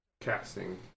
casting